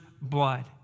blood